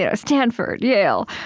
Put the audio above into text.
ah stanford, yale,